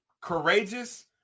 courageous